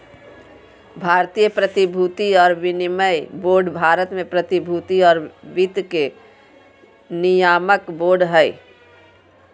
भारतीय प्रतिभूति और विनिमय बोर्ड भारत में प्रतिभूति और वित्त के नियामक बोर्ड हइ